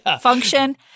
function